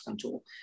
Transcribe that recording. tool